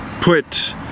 put